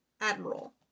Admiral